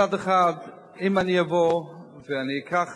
אני קוראת